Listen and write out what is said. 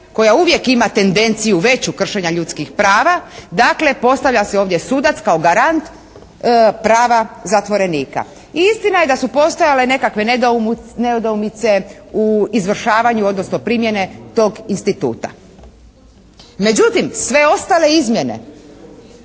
koja uvijek ima tendenciju veću kršenja ljudskih prava, dakle postavlja se ovdje sudac kao garant prava zatvorenika. I istina je da su postojale nekakve nedoumice u izvršavanju, odnosno primjene tog instituta. Međutim, sve ostale izmjene